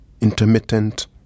intermittent